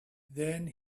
then